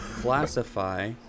classify